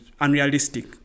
unrealistic